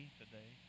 today